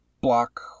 block